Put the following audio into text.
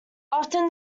often